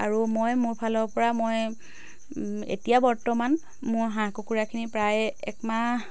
আৰু মই মোৰ ফালৰ পৰা মই এতিয়া বৰ্তমান মোৰ হাঁহ কুকুৰাখিনি প্ৰায় একমাহ